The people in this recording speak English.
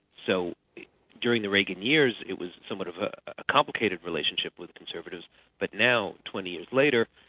so during the reagan years it was somewhat of a complicated relationship with conservatives but now, twenty years later,